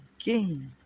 again